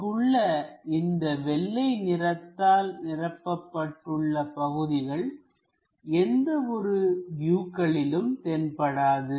இங்குள்ள இந்த வெள்ளை நிறத்தால் நிரப்பப்பட்டுள்ள பகுதிகள் எந்த ஒரு வியூக்களிலும் தென்படாது